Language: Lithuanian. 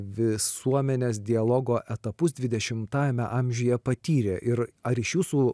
visuomenės dialogo etapus dvidešimtajame amžiuje patyrė ir ar iš jūsų